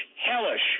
Hellish